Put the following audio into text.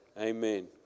Amen